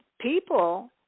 people